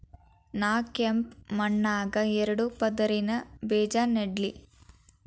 ನಾ ಕೆಂಪ್ ಮಣ್ಣಾಗ ಎರಡು ಪದರಿನ ಬೇಜಾ ನೆಡ್ಲಿ?